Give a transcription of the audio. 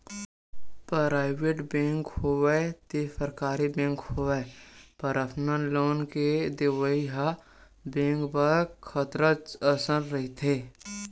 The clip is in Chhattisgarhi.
पराइवेट बेंक होवय ते सरकारी बेंक होवय परसनल लोन के देवइ ह बेंक बर खतरच असन रहिथे